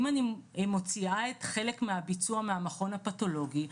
אם אני מוציאה את חלק מהביצוע מהמכון הפתולוגי,